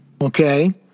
okay